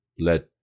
let